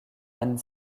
anne